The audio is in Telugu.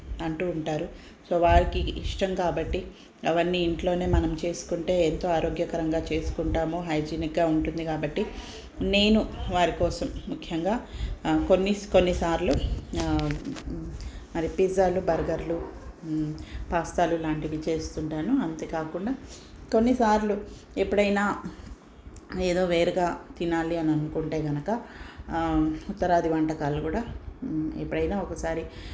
అంటూ ఉంటారు సో వారికి ఇష్టం కాబట్టి అవన్నీ ఇంట్లోనే మనం చేసుకుంటే ఎంతో ఆరోగ్యకరంగా చేసుకుంటామో హైజీనిక్గా ఉంటుంది కాబట్టి నేను వారి కోసం ముఖ్యంగా కొన్ని కొన్నిసార్లు మరి పిజ్జాలు బర్గర్లు పాస్తాలు లాంటివి చేస్తుంటాను అంతేకాకుండా కొన్నిసార్లు ఎప్పుడైనా ఏదో వేరుగా తినాలి అని అనుకుంటే కనుక ఉత్తరాది వంటకాలు కూడా ఎప్పుడైనా ఒకసారి